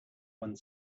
one